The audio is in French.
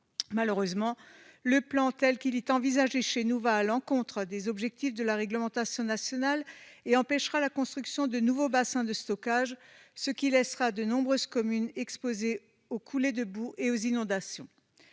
Malheureusement, tel qu'il est envisagé chez nous, ce plan va à l'encontre des objectifs de la réglementation nationale et empêchera la construction de nouveaux bassins de stockage, ce qui laissera de nombreuses communes exposées aux coulées de boues et aux inondations.